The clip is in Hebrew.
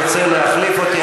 אם הוא ירצה להחליף אותי,